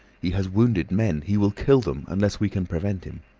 he has wounded men. he will kill them unless we can prevent him.